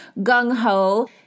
gung-ho